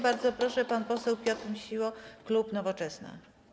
Bardzo proszę, pan poseł Piotr Misiło, klub Nowoczesna.